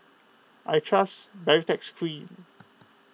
I trust Baritex Cream